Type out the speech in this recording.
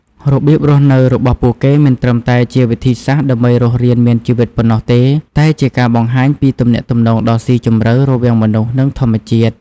របៀបរស់នៅរបស់ពួកគេមិនត្រឹមតែជាវិធីសាស្រ្តដើម្បីរស់រានមានជីវិតប៉ុណ្ណោះទេ តែជាការបង្ហាញពីទំនាក់ទំនងដ៏ស៊ីជម្រៅរវាងមនុស្ស និងធម្មជាតិ។